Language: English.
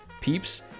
peeps